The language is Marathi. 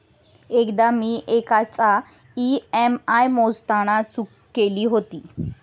एकदा मी एकाचा ई.एम.आय मोजताना चूक केली होती